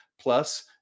plus